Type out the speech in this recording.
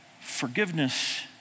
Forgiveness